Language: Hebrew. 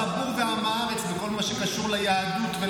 אתה, יש לך חור בהשכלה.